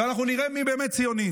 ואנחנו נראה מי באמת ציוני.